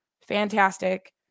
Fantastic